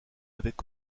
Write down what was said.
devaient